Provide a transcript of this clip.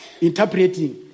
interpreting